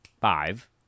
five